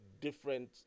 different